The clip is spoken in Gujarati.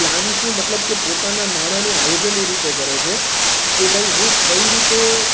પ્લાન્સનું મતલબ કે પોતાનાં નાણાનું આયોજન એ રીતે કરે છે કે ભાઈ હું કઈ રીતે